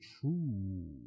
true